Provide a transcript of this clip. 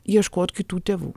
ieškot kitų tėvų